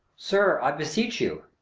sir, i beseech you,